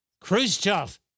Khrushchev